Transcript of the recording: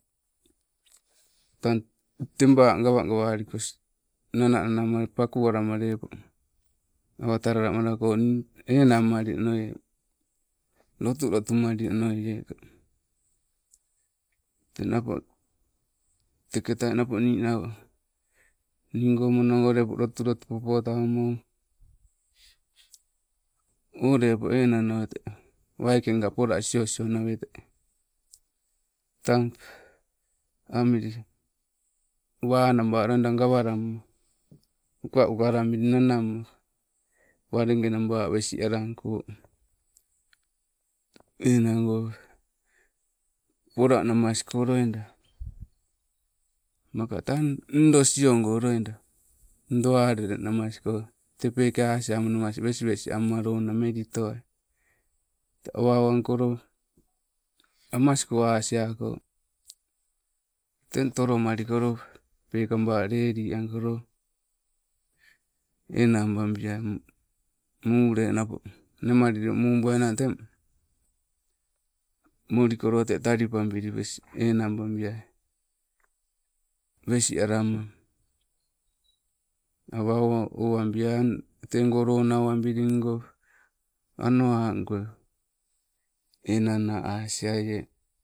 Tang tebaa gawagawalikos nana nanama pakuu alama lepo, awaa talalamalako nii enang malinoie, lotulotu malinoie, teng nappo teeke tai napo, ninau nigoo nonogo lepo lotulotu popotaumo. O lepo enang nowetee, maikenga polaa siosio nawete. Tang amili, wanaba loida gawalamma ukauka ambili nanamma walenge nabaa wes alangko enango. Pola namasko loida, maka tang ndoo siogo loida, ndoo alele namasko, tee peke asiamanamas wes wes amma lona melitowai. Tee awa owankolo, amasko asiako teng tolomalikoloo pekaba ledi angkolo enang babiai, mule napo nemalilio mubuainang teng, molikolo te talipabili wes enang babiai, wes alamma awa owabiaii ang teego lonaa owabilingo, ano ango enanna asii aiee.